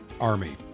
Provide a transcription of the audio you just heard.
Army